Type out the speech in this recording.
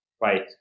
right